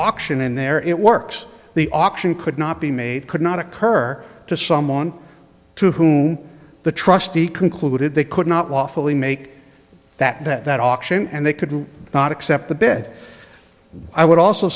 auction in there it works the auction could not be made could not occur to someone to whom the trustee concluded they could not lawfully make that auction and they could not accept the bed and i would also